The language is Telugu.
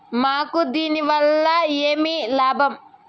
మాకు దీనివల్ల ఏమి లాభం